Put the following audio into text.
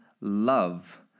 love